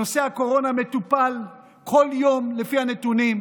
נושא הקורונה מטופל כל יום לפי הנתונים,